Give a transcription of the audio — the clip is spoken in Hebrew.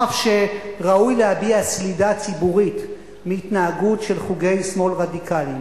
אף שראוי להביע סלידה ציבורית מהתנהגות של חוגי שמאל רדיקליים